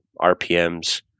RPMs